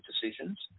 decisions